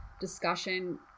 discussion